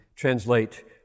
Translate